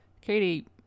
Katie